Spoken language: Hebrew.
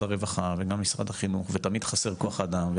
הרווחה וגם במשרד החינוך ותמיד חסר כוח אדם.